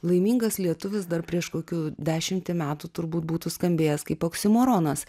laimingas lietuvis dar prieš kokių dešimtį metų turbūt būtų skambėjęs kaip oksimoronas